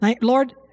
Lord